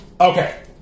Okay